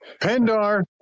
Pendar